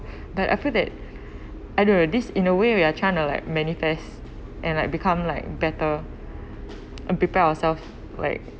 but I feel that I don't know this in a way we are kind of like manifest and like become like better and prepare ourselves like